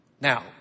Now